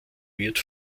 wird